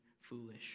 foolish